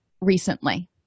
recently